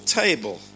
table